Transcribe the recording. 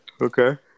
Okay